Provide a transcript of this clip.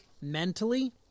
mentally